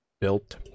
built